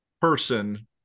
person